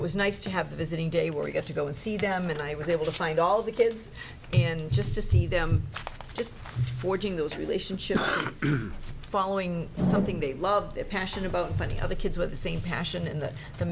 it was nice to have the visiting day where we get to go and see them and i was able to find all the kids and just to see them just forging those relationships following something they love their passion about finding other kids with the same passion and that the